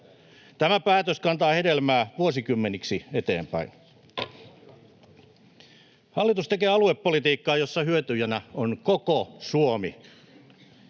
Tämä päätös kantaa hedelmää vuosikymmeniksi eteenpäin. Hallitus tekee aluepolitiikkaa, jossa hyötyjänä on koko Suomi.